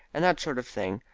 and that sort of thing,